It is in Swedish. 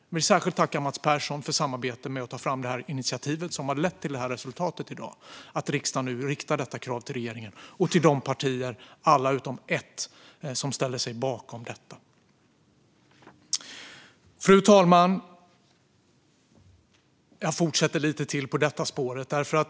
Jag vill särskilt tacka Mats Persson för samarbete med att ta fram detta initiativ, som har lett till det här resultatet i dag: att riksdagen nu riktar detta krav till regeringen. Jag vill också tacka de partier, alla utom ett, som ställer sig bakom detta. Fru talman! Jag fortsätter lite till på detta spår.